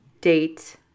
date